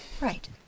right